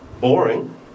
Boring